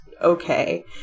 okay